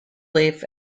leaf